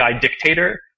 dictator